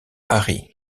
harry